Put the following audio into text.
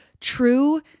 true